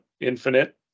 infinite